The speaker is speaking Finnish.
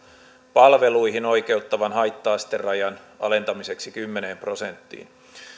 palveluihin oikeuttavan haitta asterajan alentamiseksi kymmeneen prosenttiin